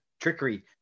trickery